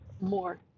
more